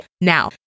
Now